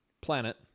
planet